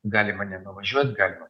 galima nenuvažiuot galima